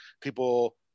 people